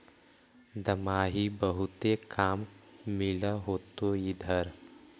दमाहि बहुते काम मिल होतो इधर?